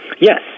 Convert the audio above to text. Yes